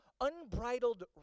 unbridled